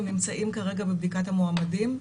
הם נמצאים כרגע בבדיקת המועמדים.